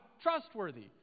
trustworthy